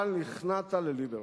אבל נכנעת לליברמן.